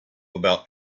about